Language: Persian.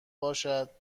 باشد